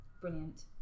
brilliant